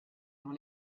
dans